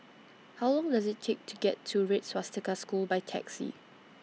How Long Does IT Take to get to Red Swastika School By Taxi